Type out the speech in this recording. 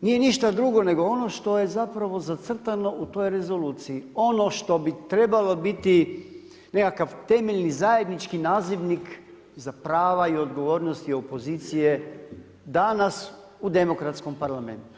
nije ništa drugo, nego ono što je zapravo zacrtano u toj Rezoluciji ono što bi trebalo biti nekakav temeljni, zajednički nazivnik za prava i odgovornosti opozicije danas u demokratskom parlamentu.